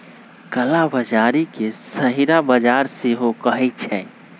कला बजारी के छहिरा बजार सेहो कहइ छइ